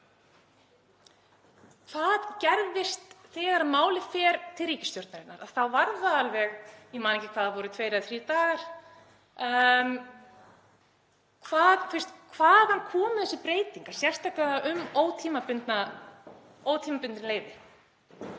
Hvað gerðist? Þegar málið fór til ríkisstjórnarinnar þá voru það alveg, ég man ekki hvort það voru tveir eða þrír dagar. Hvaðan komu þessar breytingar, sérstaklega um ótímabundin leyfi?